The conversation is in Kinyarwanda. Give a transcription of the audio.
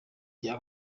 bya